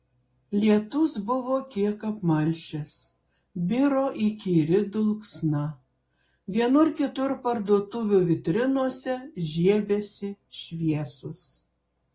lietus buvo kiek apmalšęs biro įkyri dulksna vienur kitur parduotuvių vitrinose žiebėsi šviesos